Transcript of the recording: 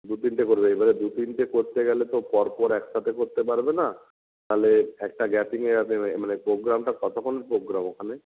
দু তিনটে করবে এবারে দু তিনটে করতে গেলে তো পরপর একসাথে করতে পারবে না তাহলে একটা গ্যাপিংয়ে গ্যাপিংয়ে মানে প্রোগ্রামটা কতক্ষণ প্রোগ্রাম ওখানে